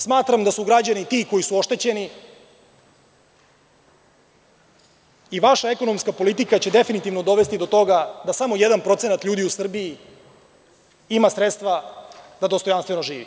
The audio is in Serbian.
Smatram da su građani ti koji su oštećeni i vaša ekonomska politika će definitivno dovesti do toga da samo jedan procenat ljudi u Srbiji ima sredstva da dostojanstveno živi.